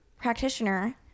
practitioner